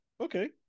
Okay